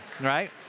right